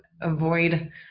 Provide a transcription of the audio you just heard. avoid